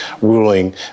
ruling